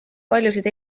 paljusid